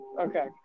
Okay